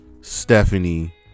Stephanie